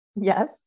Yes